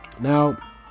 now